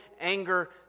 anger